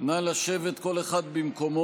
נא לשבת כל אחד במקומו.